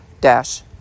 dash